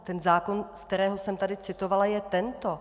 Ten zákon, z kterého jsem tady citovala je tento.